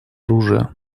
оружия